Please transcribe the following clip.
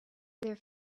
their